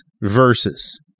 verses